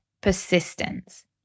persistence